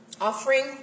offering